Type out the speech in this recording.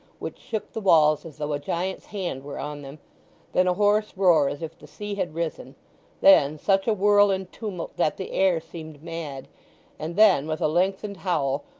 which shook the walls as though a giant's hand were on them then a hoarse roar as if the sea had risen then such a whirl and tumult that the air seemed mad and then, with a lengthened howl,